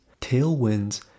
tailwinds